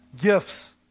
Gifts